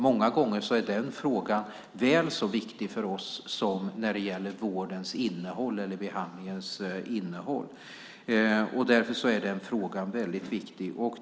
Många gånger är den frågan väl så viktig för oss som när det gäller vårdens eller behandlingens innehåll. Därför är den frågan väldigt viktig.